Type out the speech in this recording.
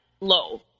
low